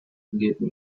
leben